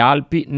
Alpi